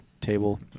table